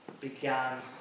began